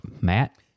Matt